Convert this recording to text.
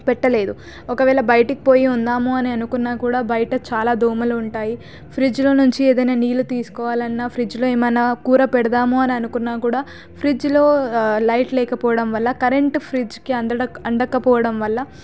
పెట్టలేదు ఒకవేళ బయటికి పోయి ఉందాము అని అనుకున్నా కూడా బయట చాలా దోమలు ఉంటాయి ఫ్రిడ్జ్లో నుంచి ఏదైనా నీళ్లు తీసుకోవాలన్నా ఫ్రిడ్జ్లో ఏమన్నా కూర పెడదాము అని అనుకున్నా కూడా ఫ్రిడ్జ్లో లైట్ లేకపోవడం వల్ల కరెంటు ఫ్రిడ్జ్కి అందక అందకపోవడం వల్ల